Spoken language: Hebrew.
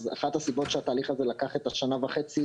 אז אחת הסיבות שהתהליך הזה לקח את השנה וחצי,